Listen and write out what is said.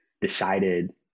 decided